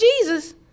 Jesus